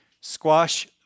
squash